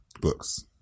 books